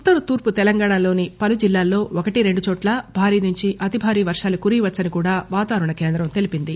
ఉత్తర తూర్పు తెలంగాణలోని పలు జిల్లాల్లో ఒకటి రెండుచోట్ల భారీ నుంచి అతిభారీ వర్షాలు కురవవచ్చని కూడా వాతావరణ కేంద్రం తెలిపింది